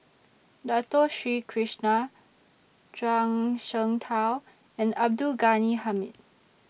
Dato Sri Krishna Zhuang Shengtao and Abdul Ghani Hamid